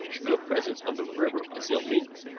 your presence on the river is illegal.